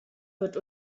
wird